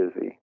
busy